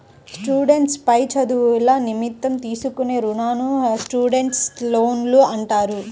students పై చదువుల నిమిత్తం తీసుకునే రుణాలను స్టూడెంట్స్ లోన్లు అంటారు